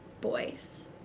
boys